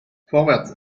vorwärts